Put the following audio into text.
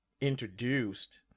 introduced